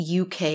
UK